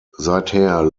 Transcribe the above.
seither